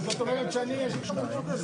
בסדר, אני סיימתי כבר עם היבוא.